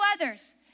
others